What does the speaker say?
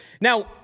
Now